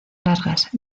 largas